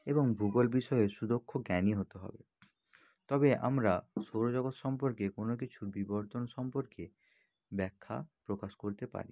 এবং ভূগোল বিষয়ের সুদক্ষ জ্ঞানী হতে হবে তবে আমরা সৌরজগৎ সম্পর্কে কোনো কিছুর বিবর্তন সম্পর্কে ব্যাখ্যা প্রকাশ করতে পারি